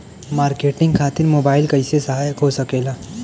Marketing खातिर mobile कइसे सहायक हो सकेला?